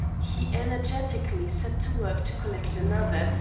he energetically set to work to collect another,